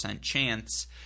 chance